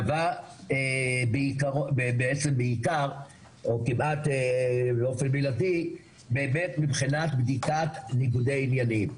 נבע בעצם בעיקר או כמעט באופן בלעדי מבדיקת ניגודי עניינים.